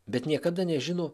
bet niekada nežino